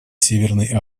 северной